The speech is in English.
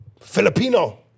Filipino